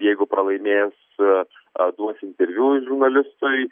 jeigu pralaimės duos interviu žurnalistui